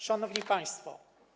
Szanowni Państwo!